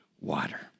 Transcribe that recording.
water